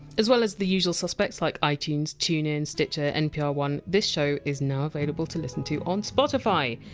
as well as the usual suspects like itunes, tunein, stitcher npr one, this show is now available to listen to on spotify.